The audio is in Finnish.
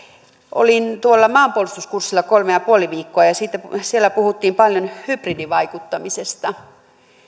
olin maanpuolustuskurssilla kolme ja puoli viikkoa ja siellä puhuttiin paljon hybridivaikuttamisesta